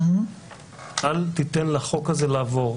אל תיתן לחוק הזה לעבור,